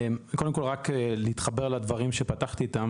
קודם כל רק להתחבר לדברים שפתחתי איתם,